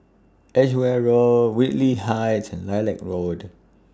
Edgeware Road Whitley Heights and Lilac Road